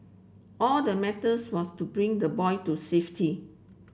all that matters was to bring the boy to safety